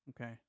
Okay